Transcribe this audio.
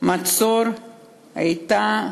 המצור הייתה